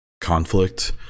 conflict-